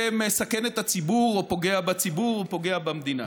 מסכן את הציבור או פוגע בציבור ופוגע במדינה.